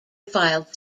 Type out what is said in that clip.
filed